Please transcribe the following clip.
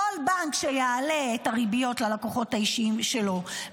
כל בנק שיעלה את הריביות ללקוחות האישיים שלו,